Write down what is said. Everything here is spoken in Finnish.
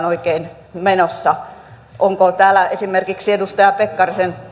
oikein menossa onko täällä esimerkiksi edustaja pekkarisen